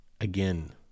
Again